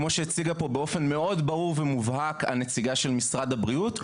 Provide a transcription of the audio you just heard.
כמו שהציגה פה באופן מאוד ברור ומובהק הנציגה של משרד הבריאות,